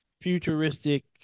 futuristic